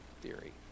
theory